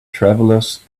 travelers